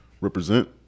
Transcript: Represent